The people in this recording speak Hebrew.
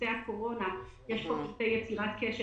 גם בעמוד הייעודי לנושא הקורונה יש פרטי יצירת קשר,